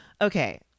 Okay